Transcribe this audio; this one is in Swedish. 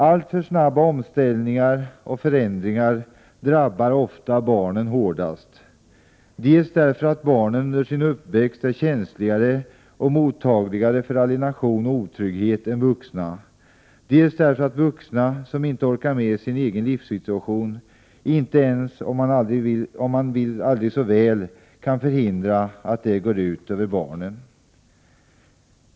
Alltför snabba omställningar och förändringar drabbar ofta barnen hårdast, dels därför att barnen under sin uppväxt är känsligare och mottagligare för alienation och otrygghet än vuxna, dels därför att vuxna som inte orkar med sin egen livssituation inte kan förhindra att det går ut över barnen, inte ens om de vill aldrig så väl.